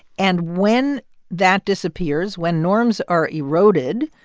and when that disappears when norms are eroded,